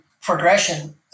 progression